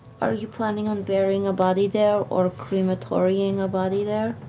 are you planning on burying a body there or crematory-ing a body there?